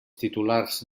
titulars